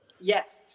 Yes